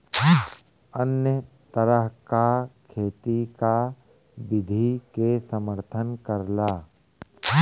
अन्य तरह क खेती क विधि के समर्थन करला